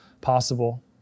possible